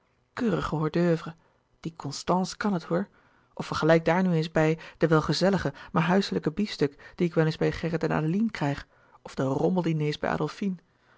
netjes keurige hors doeuvres die constance kan het hoor of vergelijk daar nu eens bij de wel gezellige maar huiselijke biefstuk die ik wel eens bij gerrit en adeline krijg of de rommeldiners bij